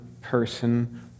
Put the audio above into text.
person